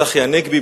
צחי הנגבי,